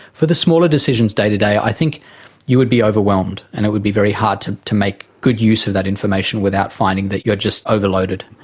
for the smaller decisions day to day i think you would be overwhelmed and it would be very hard to to make good use of that information without finding that you are just overloaded.